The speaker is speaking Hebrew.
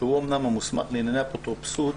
שהוא אומנם המוסמך לענייני אפוטרופסות,